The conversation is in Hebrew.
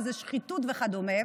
וזה שחיתות וכדומה.